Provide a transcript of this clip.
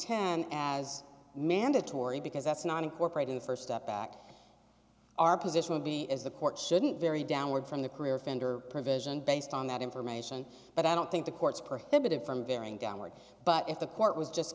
en as mandatory because that's not incorporated the st step back our position would be as the court shouldn't vary downward from the career offender provision based on that information but i don't think the courts prohibited from varing downward but if the court was just